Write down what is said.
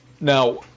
Now